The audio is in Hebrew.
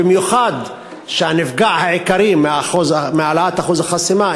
במיוחד שהנפגעים העיקריים מהעלאת אחוז החסימה,